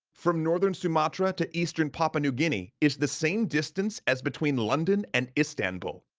from northern sumatra to eastern papua new guinea is the same distance as between london and istanbul.